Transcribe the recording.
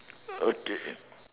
okay